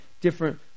different